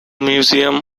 museum